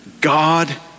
God